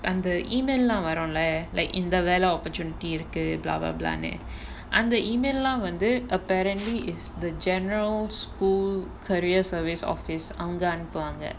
அந்த:antha email lah வரும்ல:varumla like இந்த வேல:intha vela opportunity இருக்கு:irukku ன்டு அந்த:ndu antha email lah lah வந்து:vanthu apparently is the general school career services office அங்க அனுப்புவாங்க:anga anupuvaanga